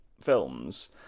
films